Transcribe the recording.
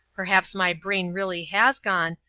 perhaps my brain really has gone,